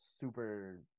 super